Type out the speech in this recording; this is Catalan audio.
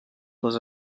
les